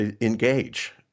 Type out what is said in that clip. engage